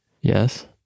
Yes